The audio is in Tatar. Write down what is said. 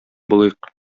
булыйк